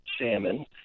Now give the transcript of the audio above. Salmon